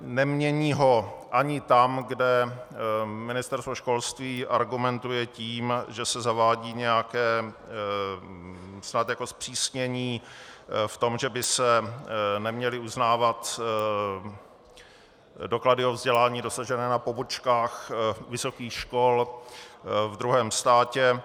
Nemění ho ani tam, kde Ministerstvo školství argumentuje tím, že se zavádí nějaké zpřísnění v tom, že by se neměly uznávat doklady o vzdělání dosažené na pobočkách vysokých škol ve druhém státě.